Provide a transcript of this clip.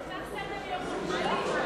אפשר סדר-יום נורמלי?